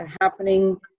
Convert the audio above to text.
happening